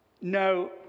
No